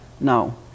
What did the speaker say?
No